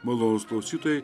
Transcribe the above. malonūs klausytojai